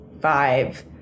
five